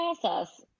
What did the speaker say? process